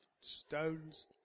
Stones